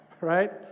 right